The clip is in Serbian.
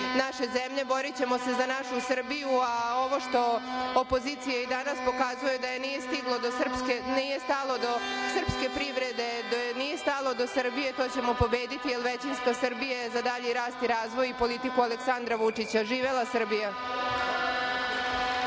naše zemlje, borićemo se za našu Srbiju. Ovo što opozicija i danas pokazuje da joj nije stalo do srpske privrede, nije stalo do Srbije, to ćemo pobediti, jer većinska Srbija je za dalji rast i razvoj i politiku Aleksandra Vučića. Živela Srbija.